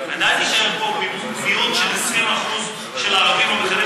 עדיין יישאר פה מיעוט של 20% של ערבים המכנים